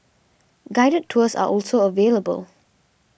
guided tours are also available